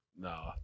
No